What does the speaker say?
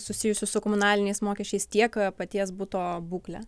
susijusius su komunaliniais mokesčiais tiek paties buto būklę